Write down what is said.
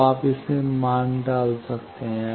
अब आप इसे मान डाल सकते हैं